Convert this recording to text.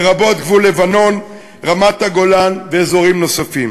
לרבות גבול לבנון, רמת-הגולן ואזורים נוספים.